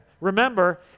Remember